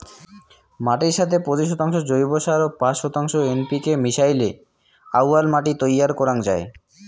মাটির সথে পঁচিশ শতাংশ জৈব সার ও পাঁচ শতাংশ এন.পি.কে মিশাইলে আউয়াল মাটি তৈয়ার করাং যাই